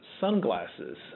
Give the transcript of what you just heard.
sunglasses